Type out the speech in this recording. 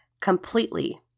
completely